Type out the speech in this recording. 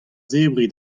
zebriñ